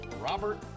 Robert